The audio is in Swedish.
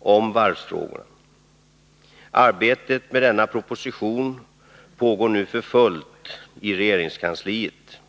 om varvsfrågorna. Arbetet med denna proposition pågår nu för fullt i regeringskansliet.